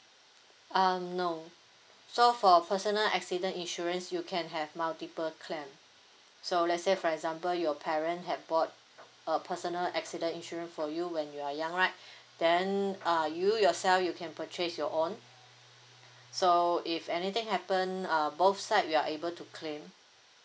um no so for personal accident insurance you can have multiple claim so let's say for example your parent have bought a personal accident insurance for you when you are young right then err you yourself you can purchase your own so if anything happen um both side you are able to claim